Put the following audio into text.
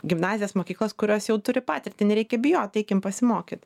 gimnazijas mokyklas kurios jau turi patirtį nereikia bijot eikim pasimokyt